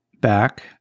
back